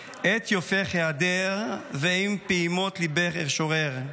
/ את יופייך אהדר / ועם פעימות ליבך אשורר.